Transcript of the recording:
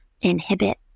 inhibit